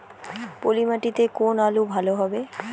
পলি মাটিতে কোন আলু ভালো হবে?